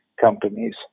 companies